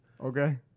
Okay